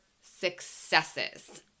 successes